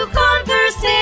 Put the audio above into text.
converse